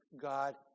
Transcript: God